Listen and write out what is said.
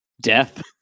death